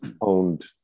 owned